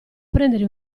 prendere